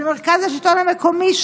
של מרכז השלטון המקומי,